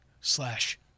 slash